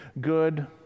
good